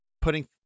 putting